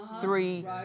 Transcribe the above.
three